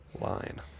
line